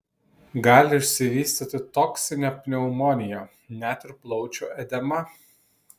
gali išsivystyti toksinė pneumonija net ir plaučių edema